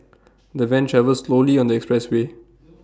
the van travelled slowly on the expressway